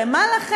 הרי מה לכם,